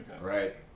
right